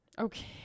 Okay